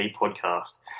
podcast